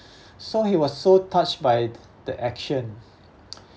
so he was so touched by the action